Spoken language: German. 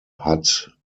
hat